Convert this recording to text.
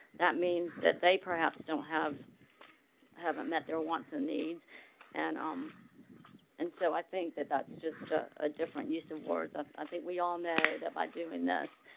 that means that they perhaps don't have have a metro wants and needs and um and so i think that that's just ah a different use of words, i think we all know that by doing this,